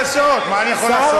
48 שעות, מה אני יכול לעשות?